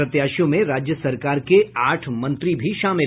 प्रत्याशियों में राज्य सरकार के आठ मंत्री भी शामिल